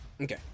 Okay